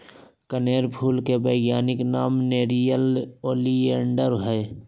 कनेर फूल के वैज्ञानिक नाम नेरियम ओलिएंडर हई